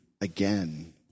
again